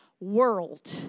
world